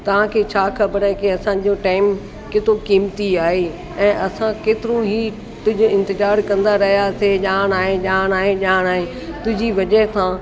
तव्हांखे छा ख़बरु आहे की असांजो टाइम केतिरो क़ीमती आहे ऐं असां केतिरो ई तुंहिंजो इंतिज़ारु कंदा रहियासीं ॼाणु आहे ॼाणु आहे ॼाणु आहे तुंहिंजी वजह खां